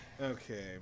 Okay